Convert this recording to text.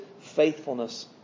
faithfulness